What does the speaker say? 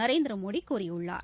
நரேந்திரமோடி கூறியுள்ளார்